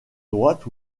droite